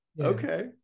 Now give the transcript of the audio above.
Okay